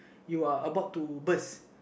you are about to burst